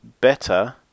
better